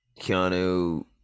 Keanu